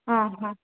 ಹಾಂ ಹಾಂ